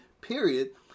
period